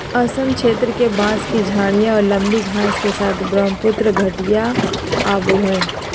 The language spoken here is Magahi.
असम क्षेत्र के, बांस की झाडियाँ और लंबी घास के साथ ब्रहमपुत्र घाटियाँ आवो हइ